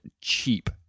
cheap